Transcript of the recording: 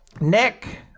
Nick